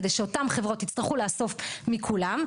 כדי שאותן חברות יצטרכו לאסוף מכולן.